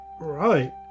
right